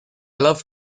love